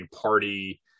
party